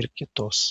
ir kitus